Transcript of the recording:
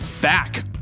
back